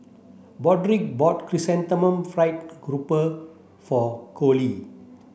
Broderick bought Chrysanthemum Fried Garoupa for Coley